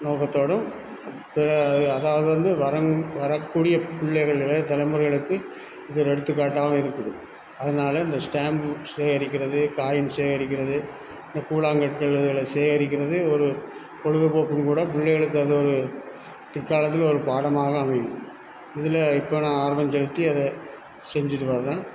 நோக்கத்தோடும் அதாவது வந்து வரணும் வரக்கூடிய பிள்ளைகள் இளைய தலைமுறைகளுக்கு இது ஒரு எடுத்துக்காட்டாகவும் இருக்குது அதனால் இந்த ஸ்டாம்பு சேகரிக்கிறது காயின் சேகரிக்கிறது இந்த கூழாங்கற்கள் இதுகளை சேகரிக்கிறதே ஒரு பொழுதுபோக்குன்னு கூட பிள்ளைகளுக்கு அது ஒரு பிற்காலத்தில் ஒரு பாடமாக அமையும் இதில் இப்போ நான் ஆர்வம் செலுத்தி அதை செஞ்சுட்டு வர்றேன்